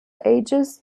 ages